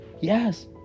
Yes